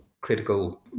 critical